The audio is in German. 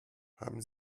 haben